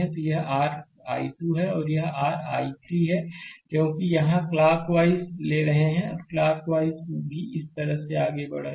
तो यह r I2 है और यह r I3 है क्योंकि यहां क्लॉक वाइज ले रहे हैं क्लॉक वाइज भी इस तरह से आगे बढ़ रहे हैं